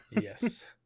Yes